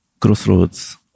Crossroads